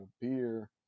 beer